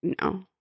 no